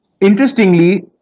interestingly